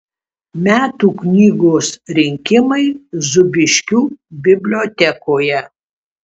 metų knygos rinkimai zūbiškių bibliotekoje